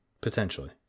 Potentially